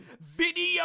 video